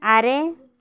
ᱟᱨᱮ